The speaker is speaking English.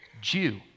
Jew